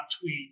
tweet